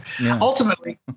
Ultimately